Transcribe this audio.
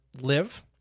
live